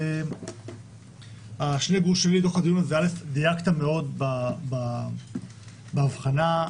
א', דייקת מאוד בהבחנה.